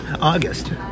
August